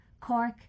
Cork